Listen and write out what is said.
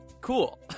Cool